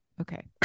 Okay